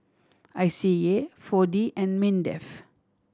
I C A Four D and MINDEF